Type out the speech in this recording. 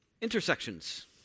intersections